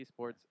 esports